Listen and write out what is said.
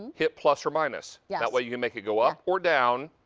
hit plus or minus. yeah that way you make it go up or down.